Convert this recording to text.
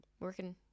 working